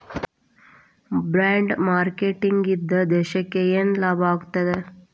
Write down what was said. Bond marketing ಇಂದಾ ದೇಶಕ್ಕ ಯೆನ್ ಲಾಭಾಗ್ತದ?